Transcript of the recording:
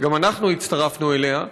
שגם אנחנו הצטרפנו אליה,